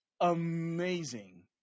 amazing